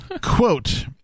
Quote